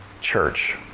church